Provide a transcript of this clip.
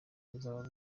ruzaba